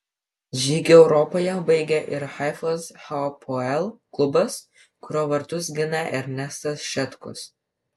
žygį europoje baigė ir haifos hapoel klubas kurio vartus gina ernestas šetkus